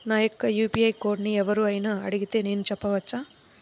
నా యొక్క యూ.పీ.ఐ కోడ్ని ఎవరు అయినా అడిగితే నేను చెప్పవచ్చా?